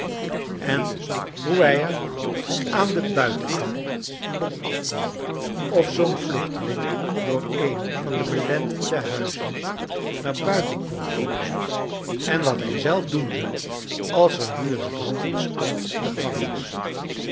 en hoe hij er aan den buitenkant kon afkomen of zoo'n vluchteling door een van de belendende buizen naar buiten kon komen en wat hij zelf doen zou als er nu eens brand ontstond in de gevangenis